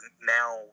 now